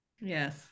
yes